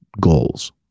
goals